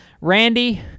Randy